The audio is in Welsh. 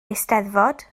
eisteddfod